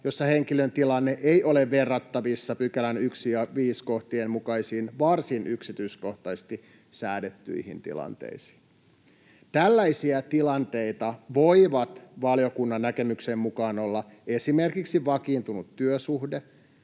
jossa henkilön tilanne ei ole verrattavissa pykälän 1—5 kohtien mukaisiin varsin yksityiskohtaisesti säädettyihin tilanteisiin. Tällaisia tilanteita voivat valiokunnan näkemyksen mukaan olla esimerkiksi vakiintunut työsuhde,